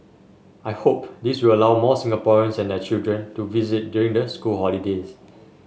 I hope this will allow more Singaporeans and their children to visit during the school holidays